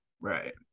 Right